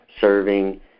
serving